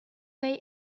they